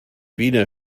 wiener